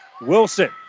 Wilson